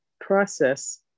process